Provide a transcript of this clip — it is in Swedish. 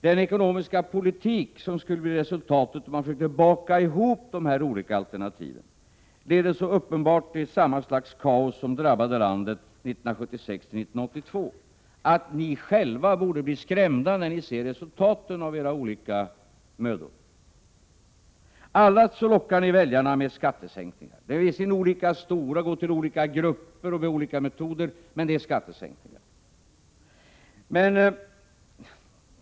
Den ekonomiska politik som skulle bli resultatet, om ni försökte baka ihop de här olika alternativen, leder så uppenbart till samma slags kaos som drabbade landet 1976-1982 att ni själva borde bli skrämda när ni ser resultaten av era olika mödor. Alla lockar ni väljarna med skattesänkningar. De är visserligen olika stora, går till olika grupper och utformas med olika metoder, men de är skattesänkningar.